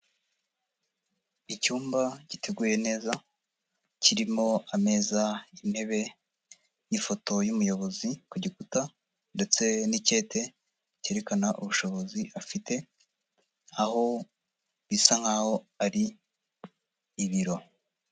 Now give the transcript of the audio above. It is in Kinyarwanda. Icyumba giteguye neza kirimo ameza, intebe n'ifoto y'umuyobozi ku gikuta ndetse n'icyete cyerekana ubushobozi afite, aho bisa nkaho ari ibiro.